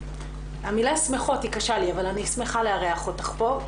המילה שמחות קשה לי, אבל אני שמחה לארח אותך פה.